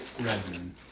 Redman